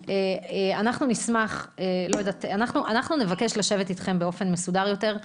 אנחנו נבקש לשבת איתכם באופן מסודר יותר,